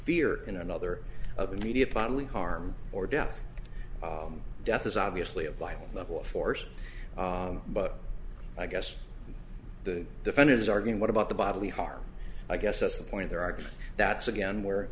fear in another of immediate bodily harm or death death is obviously a violent level of force but i guess the defenders are going what about the bodily harm i guess that's the point of their argument that's again where